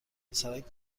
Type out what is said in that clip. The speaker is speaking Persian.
پسرک